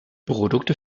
produkte